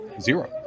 zero